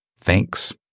Thanks